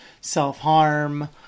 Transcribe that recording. self-harm